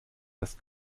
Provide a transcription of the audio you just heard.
das